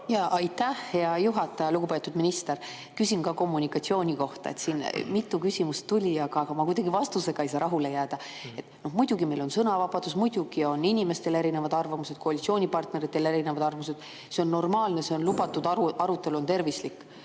Aitäh, hea juhataja! Lugupeetud minister! Küsin ka kommunikatsiooni kohta. Siin mitu küsimust juba oli, aga ma kuidagi ei saa vastustega rahule jääda. Muidugi on meil sõnavabadus, muidugi on inimestel erinevad arvamused, koalitsioonipartneritel on erinevad arvamused – see on normaalne, see on lubatud, arutelu on tervislik.